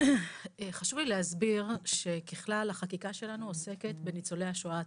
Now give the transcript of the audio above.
חשוב לי להסביר שככלל החקיקה שלנו עוסקת בניצולי השואה עצמם,